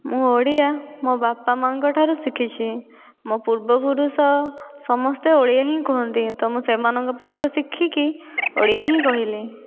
ମୁଁ ଓଡ଼ିଆ ମୋ ବାପା ମାଙ୍କ ଠାରୁ ଶିଖିଛି ମୋ ପୂର୍ବ ପୁରୁଷ ସମସ୍ତେ ଓଡ଼ିଆ ହିଁ କୁହନ୍ତି ତ ମୁଁ ସେମାନଙ୍କ ପାଖରୁ ଶିଖିକି ଓଡ଼ିଆ ହିଁ କହିଲି